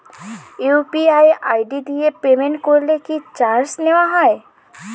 UPI ID দিয়ে payment করলে কি চার্জ নেয়া হয়?